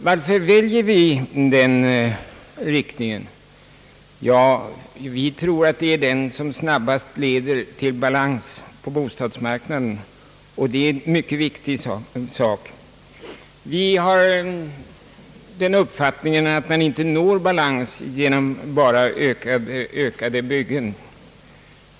Varför väljer vi den riktningen? Vi tror att det är den som snabbast leder till balans på bostadsmarknaden, och det är en mycket viktig sak. Vi har den uppfattningen att man inte når balans bara genom ökade byggen.